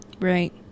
Right